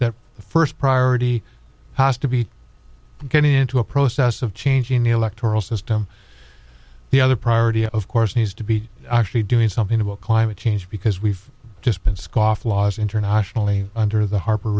the first priority has to be going into a process of changing the electoral system the other priority of course needs to be actually doing something about climate change because we've just been scofflaws internationally under the har